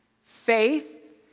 Faith